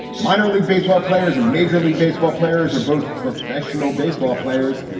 minor league baseball players, a major league baseball players are both professional baseball players.